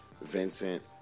Vincent